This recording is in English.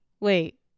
wait